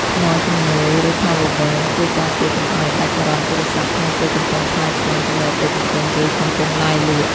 ថ្មជំនួយ ឬ Power Bank ជួយការពារកុំឱ្យដាច់ចរន្តទូរស័ព្ទក្នុងពេលកំពុងឆ្លើយឆ្លងជាមួយអតិថិជន ឬកំពុងឡាយលក់។